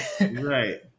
right